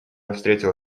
встретил